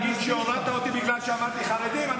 אתה רוצה להגיד שהורדת אותי בגלל שאמרתי "חרדים"?